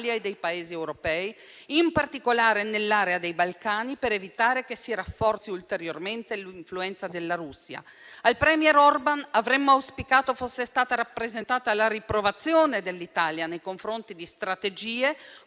e dei Paesi europei, in particolare nell'area dei Balcani, per evitare che si rafforzi ulteriormente l'influenza della Russia. Al *premier* Orbán avremmo auspicato fosse stata rappresentata la riprovazione dell'Italia nei confronti di strategie